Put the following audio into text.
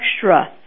extra